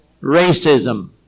racism